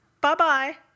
Bye-bye